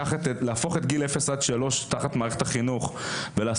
להכניס את גילאי לידה עד שלוש תחת מערכת החינוך ולעשות